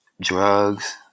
drugs